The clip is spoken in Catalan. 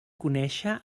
conèixer